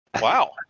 Wow